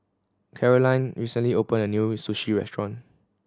Karolyn recently opened a new Sushi Restaurant